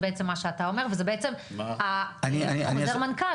זה בעצם מה שאתה אומר וזה בעצם החוזר מנכ"ל